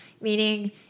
meaning